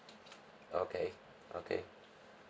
okay okay